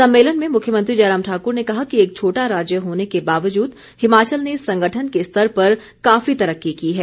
सम्मेलन में मुख्यमंत्री जयराम ठाक्र ने कहा कि एक छोटा राज्य होने के बावजूद हिमाचल ने संगठन के स्तर पर काफी तरक्की की है